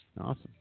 Awesome